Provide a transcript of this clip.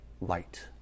light